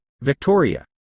Victoria